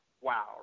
wow